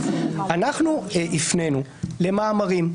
אנחנו הפנינו למאמרים.